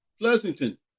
Pleasanton